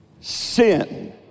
sin